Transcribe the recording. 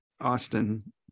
Austin